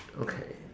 okay